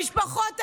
המשפחות האלה,